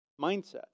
mindset